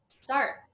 start